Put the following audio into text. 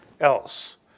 else